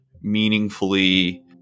meaningfully